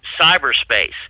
cyberspace